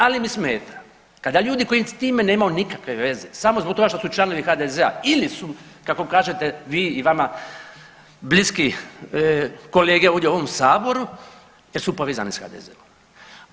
Ali mi smeta kada ljudi koji s time nemaju nikakve veze, samo zbog toga što su članovi HDZ-a ili su kako kažete vi i vama bliski kolege ovdje u ovom Saboru jer su povezani sa HDZ-om.